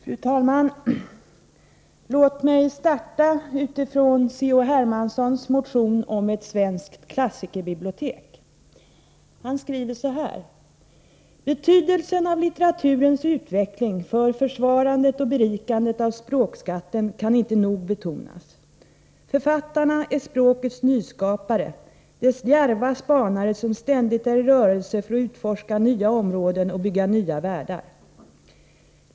Fru talman! Låt mig starta utifrån C.-H. Hermanssons motion om ett svenskt klassikerbibliotek. Han skriver så här: ”Betydelsen av litteraturens utveckling för försvarandet och berikandet av språkskatten kan inte nog betonas. Författarna är språkets nyskapare, dess djärva spanare som ständigt är i rörelse för att utforska nya områden och bygga nya världar.